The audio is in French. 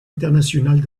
internationales